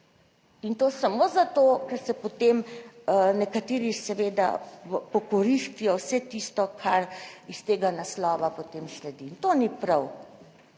in to samo zato, ker potem nekateri seveda pokoristijo vse tisto, kar iz tega naslova potem sledi in to ni prav.